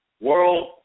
World